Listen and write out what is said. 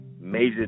major